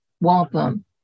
wampum